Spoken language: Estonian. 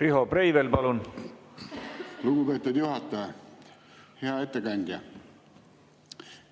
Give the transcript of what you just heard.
Riho Breivel, palun! Lugupeetud juhataja! Hea ettekandja!